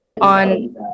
on